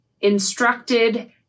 instructed